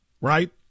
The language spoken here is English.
right